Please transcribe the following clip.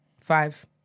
Five